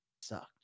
sucked